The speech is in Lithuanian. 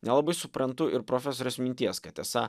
nelabai suprantu ir profesorės minties kad esą